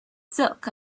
silk